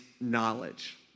knowledge